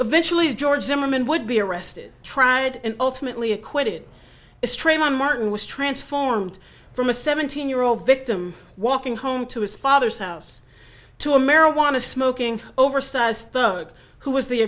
eventually george zimmerman would be arrested tried and ultimately acquitted as trayvon martin was transformed from a seventeen year old victim walking home to his father's house to a marijuana smoking oversized thug who was the